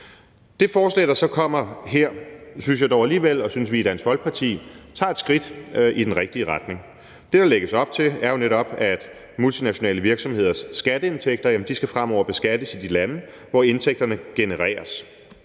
Det forslag, der så kommer her, synes jeg og vi i Dansk Folkeparti dog alligevel tager et skridt i den rigtige retning. Det, der lægges op til, er jo netop, at multinationale virksomheders skatteindtægter fremover skal beskattes i de lande, hvor indtægterne genereres,